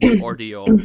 ordeal